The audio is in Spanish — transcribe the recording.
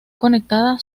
conectada